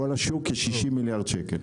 כל השוק שישים מיליארד שקל.